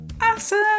awesome